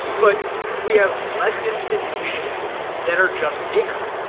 but we have less institutions that are just bigger.